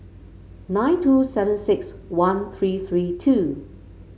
nine two seven six one three three two